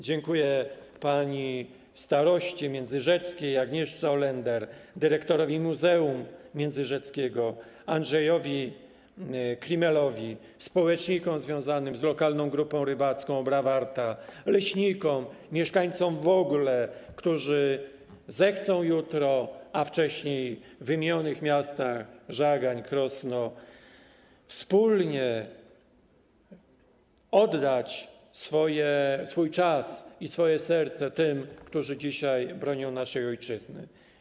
Dziękuję pani staroście międzyrzeckiej, Agnieszce Olender, dyrektorowi muzeum międzyrzeckiego, Andrzejowi Kirmielowi, społecznikom związanym z lokalną grupą rybacką Obra - Warta, leśnikom, mieszkańcom w ogóle, tym, którzy zechcą jutro, a wcześniej w wymienionych miastach: Żagań, Krosno, wspólnie oddać swój czas i swoje serce tym, którzy dzisiaj bronią naszej ojczyzny.